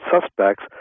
suspects